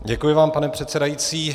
Děkuji vám, pane předsedající.